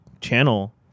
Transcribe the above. channel